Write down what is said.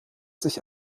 sich